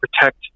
protect